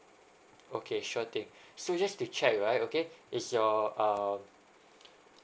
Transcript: okay sure thing so just to check right okay is your um